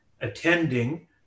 attending